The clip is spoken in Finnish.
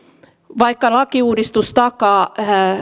vaikka lakiuudistus takaa